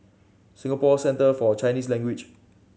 Singapore Centre For Chinese Language